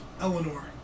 Eleanor